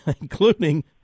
including